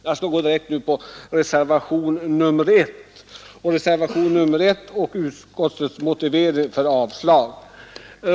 Jag skall så gå direkt på reservation 1 och utskottets motivering för avslag på motionen.